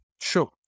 Sure